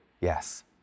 yes